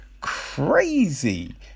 Crazy